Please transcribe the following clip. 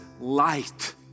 light